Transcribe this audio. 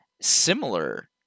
similar